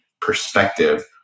perspective